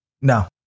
No